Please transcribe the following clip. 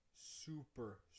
super